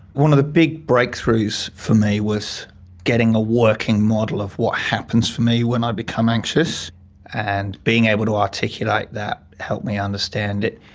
one of the big breakthroughs for me was getting a working model of what happens for me when i become anxious and being able to articulate that helped me understand it.